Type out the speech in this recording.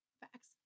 Facts